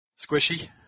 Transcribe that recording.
Squishy